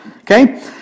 Okay